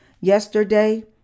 Yesterday